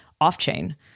off-chain